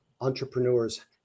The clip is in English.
entrepreneurs